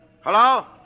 Hello